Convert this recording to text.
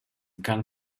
gun